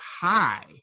high